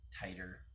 tighter